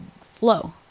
flow